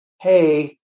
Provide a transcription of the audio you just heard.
hey